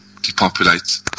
depopulate